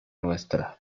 nuestra